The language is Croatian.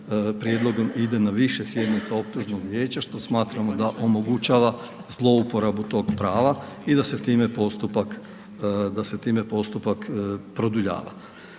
prijedlogom ide na više sjednice optužnog vijeća što smatramo da omogućava zlouporabu tog prava i da se time postupak produljava.